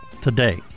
Today